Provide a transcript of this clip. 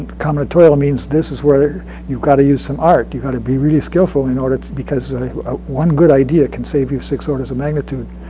combinatorial means this is where you've got to use some art. you've got to be really skillful, and because one good idea can save you six orders of magnitude